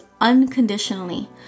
unconditionally